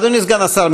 אדוני סגן השר,